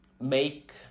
make